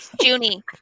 Junie